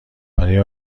برای